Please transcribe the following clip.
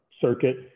circuit